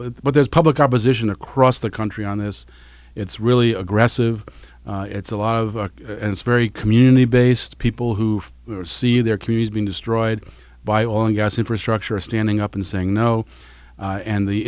and but there's public opposition across the country on this it's really aggressive it's a lot of it's very community based people who see their communities being destroyed by oil and gas infrastructure are standing up and saying no and the